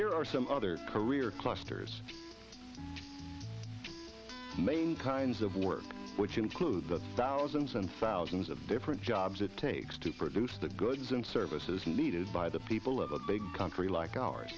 there are some other career clusters main kinds of work which include the thousands and thousands of different jobs it takes to produce the goods and services needed by the people of a big country like ours